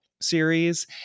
series